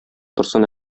торсын